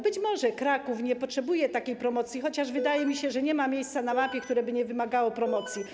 Być może Kraków nie potrzebuje takiej promocji, chociaż wydaje mi się, że nie ma miejsca na mapie, które by nie wymagało promocji.